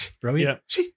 Brilliant